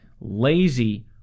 lazy